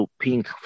pink